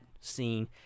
scene